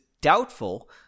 doubtful